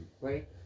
Right